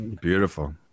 Beautiful